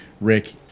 rick